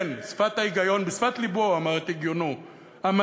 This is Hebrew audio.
כן, שפת ההיגיון, בשפת לבו אמר את הגיונו המתון,